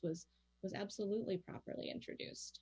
was absolutely properly introduced